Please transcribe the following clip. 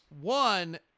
one